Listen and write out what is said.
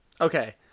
Okay